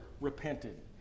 repented